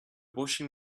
washing